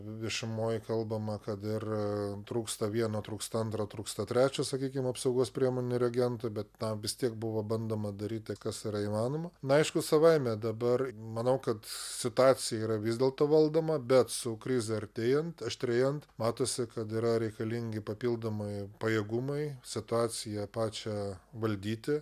viešumoj kalbama kad ir trūksta vieno trūksta antro trūksta trečio sakykim apsaugos priemonių reagentų bet tą vis tiek buvo bandoma daryti kas yra įmanoma na aišku savaime dabar manau kad situacija yra vis dėlto valdoma bet su krize artėjant aštrėjant matosi kad yra reikalingi papildomai pajėgumai situaciją pačią valdyti